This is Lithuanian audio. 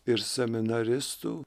ir seminaristų